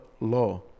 law